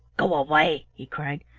go away! he cried.